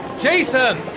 Jason